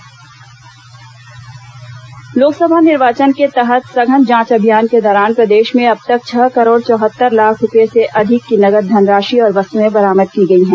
निगरानी दल जब्त लोकसभा निर्वाचन के तहत सघन जांच अभियान के दौरान प्रदेश में अब तक छह करोड़ चौहत्तर लाख रूपए से अधिक की नगद धनराशि और वस्तुएं बरामद की गई हैं